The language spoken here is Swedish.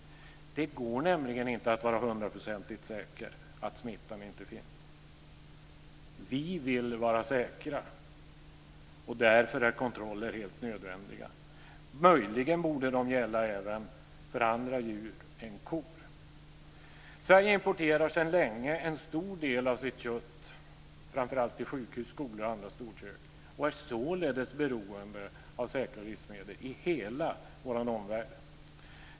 Det går nämligen inte att vara hundraprocentigt säker på att smittan inte finns. Vi vill vara säkra, och därför är kontroller helt nödvändiga. Möjligen borde de gälla även för andra djur än kor. Sverige importerar sedan länge en stor del av sitt kött, framför allt till sjukhus, skolor och andra storkök, och är således beroende av säkra livsmedel i hela vår omvärld.